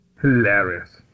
Hilarious